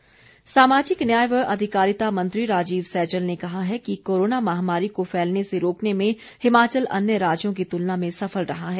राजीव सैजल सामाजिक न्याय व अधिकारिता मंत्री राजीव सैजल ने कहा है कि कोरोना महामारी को फैलने से रोकने में हिमाचल अन्य राज्यों की तुलना में सफल रहा है